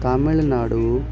Tamil Nadu